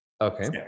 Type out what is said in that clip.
Okay